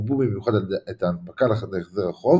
קובעו במיוחד את ההנפקה להחזר החוב